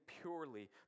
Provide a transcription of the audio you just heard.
purely